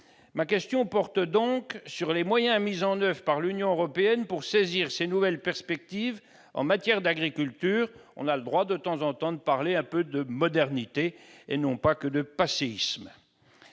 Ma question porte donc sur les moyens mis en oeuvre par l'Union européenne pour saisir ces nouvelles perspectives en matière d'agriculture. Dans ce domaine, nous avons le droit de temps en temps de parler un peu de modernité et pas que de passéisme